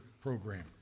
program